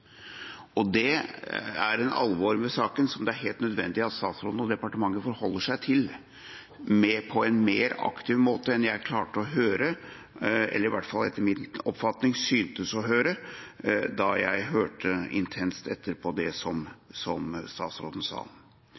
Det er et alvor ved saken som det er helt nødvendig at statsråden og departementet forholder seg til på en mer aktiv måte enn jeg klarte å høre, eller i hvert fall – etter min oppfatning – syntes å høre, da jeg hørte intenst etter på det som statsråden sa.